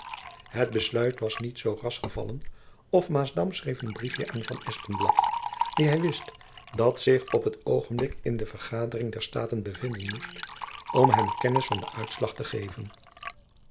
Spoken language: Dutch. het besluit was niet zoo ras gevallen of maasdam schreef een briefjen aan van espenblad dien hy wist dat zich op dat oogenblik in de vergadering der staten bevinden moest om hem kennis van den uitslag te geven